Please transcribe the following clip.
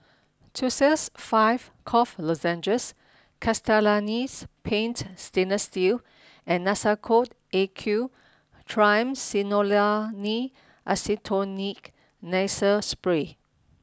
Tussils five Cough Lozenges Castellani's Paint Stainless and Nasacort AQ Triamcinolone Acetonide Nasal Spray